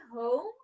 home